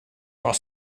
while